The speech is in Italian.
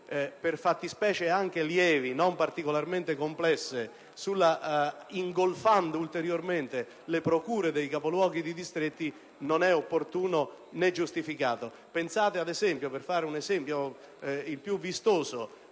per fattispecie anche lievi, non particolarmente complesse, ingolfando ulteriormente le procure dei capoluoghi dei distretti, non è opportuna, né giustificata. Per fare l'esempio più vistoso,